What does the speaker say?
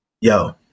yo